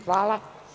Hvala.